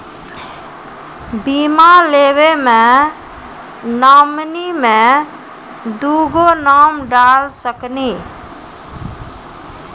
बीमा लेवे मे नॉमिनी मे दुगो नाम डाल सकनी?